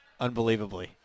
Unbelievably